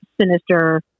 sinister